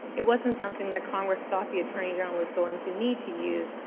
it wasn't something that congress thought the attorney general was going to need to use,